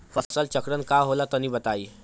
फसल चक्रण का होला तनि बताई?